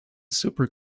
super